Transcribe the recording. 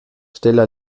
stella